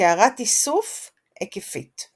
קערת איסוף היקפית.